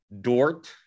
Dort